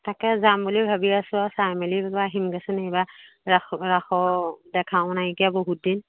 তাকে যাম বুলি ভাবি আছোঁ আৰু চাই মেলি বা আহিমগৈচোন এইবাৰ ৰাস ৰাসৰ দেখাওঁ নাইকিয়া বহুত দিন